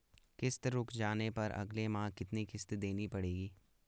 किश्त रुक जाने पर अगले माह कितनी किश्त देनी पड़ेगी?